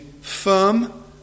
firm